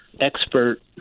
expert